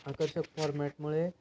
आकर्षक फॉर्मॅटमुळे